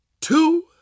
two